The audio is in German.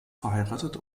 verheiratet